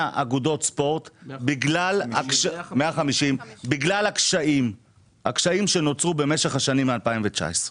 אגודות ספורט בגלל הקשיים שנוצרו במשך השנים מ-2019.